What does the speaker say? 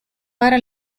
para